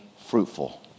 fruitful